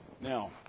Now